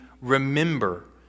remember